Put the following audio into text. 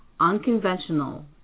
unconventional